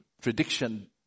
prediction